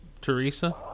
Teresa